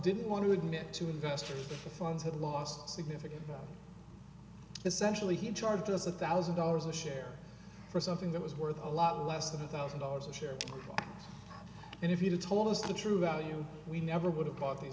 didn't want to admit to investors the funds had lost significant but essentially he charges a thousand dollars a share for something that was worth a lot less than a thousand dollars a share and if you told us the true value we never would have bought these